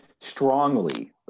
strongly